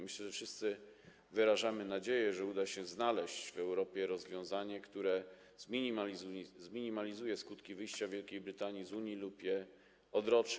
Myślę, że wszyscy wyrażamy nadzieję, że uda się znaleźć w Europie rozwiązanie, które zminimalizuje skutki wyjścia Wielkiej Brytanii z Unii lub je odroczy.